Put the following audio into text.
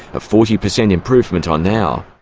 a forty percent improvement on now.